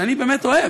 שאני באמת אוהב,